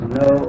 no